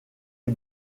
est